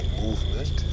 movement